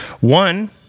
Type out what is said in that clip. one